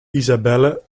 isabelle